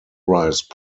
rise